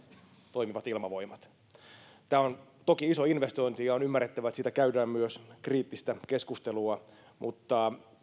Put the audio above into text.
toimivat ilmavoimat tämä on toki iso investointi ja on ymmärrettävää että siitä käydään myös kriittistä keskustelua mutta